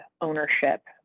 ownership